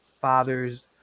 father's